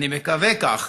אני מקווה כך,